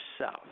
south